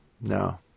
no